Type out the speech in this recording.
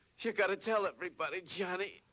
you gotta tell everybody, johnny.